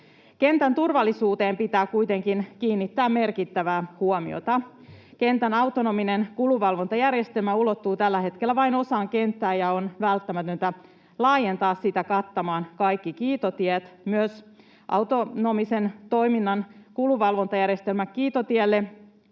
Kentän turvallisuuteen pitää kuitenkin kiinnittää merkittävää huomiota. Kentän autonominen kulunvalvontajärjestelmä ulottuu tällä hetkellä vain osaan kenttää, ja on välttämätöntä laajentaa sitä kattamaan kaikki kiitotiet. Tarvitaan myös autonomisen toiminnan kulunvalvontajärjestelmä kiitotielle